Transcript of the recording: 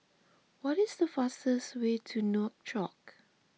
what is the fastest way to Nouakchott